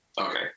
Okay